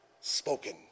spoken